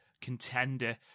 contender